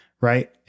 right